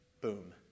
Boom